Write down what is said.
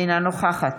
אינה נוכחת